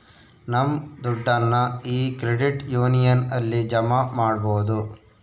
ನಮ್ ದುಡ್ಡನ್ನ ಈ ಕ್ರೆಡಿಟ್ ಯೂನಿಯನ್ ಅಲ್ಲಿ ಜಮಾ ಮಾಡ್ಬೋದು